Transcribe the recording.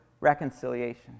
reconciliation